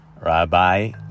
Rabbi